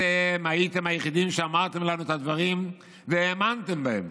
הייתם היחידים שאמרתם לנו את הדברים והאמנתם בהם,